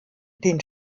den